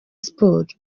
sports